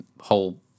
whole